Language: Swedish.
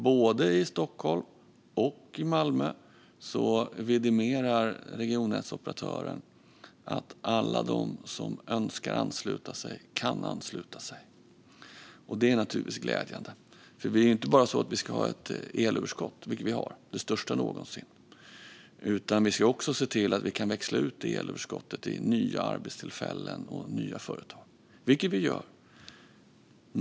Både i Stockholm och i Malmö vidimerar regionnätsoperatören att alla de som önskar ansluta sig kan ansluta sig. Det är naturligtvis glädjande, för det är inte bara så att vi ska ha ett elöverskott, vilket vi har - det största någonsin - utan vi ska också se till att vi kan växla ut det elöverskottet i nya arbetstillfällen och nya företag, vilket vi gör.